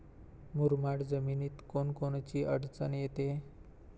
मुरमाड जमीनीत कोनकोनची अडचन येते?